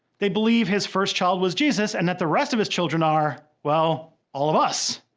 they believe his first child was jesus, and that the rest of his children are, well, all of us.